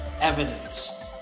evidence